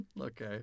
Okay